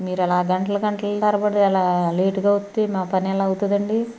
మీరు అలా గంటలు గంటలు తరబడి అలా లేట్గా వస్తే మా పని ఎలా అవుతుందండి